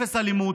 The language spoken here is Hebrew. אפס אלימות.